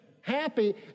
Happy